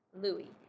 Louis